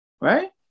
right